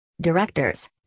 Directors